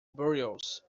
burials